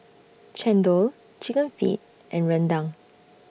Chendol Chicken Feet and Rendang